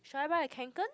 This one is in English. should I buy a kanken